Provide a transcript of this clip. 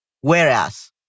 whereas